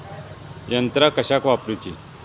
यंत्रा कशाक वापुरूची?